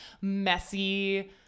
messy